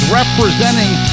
representing